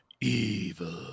Evil